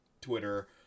Twitter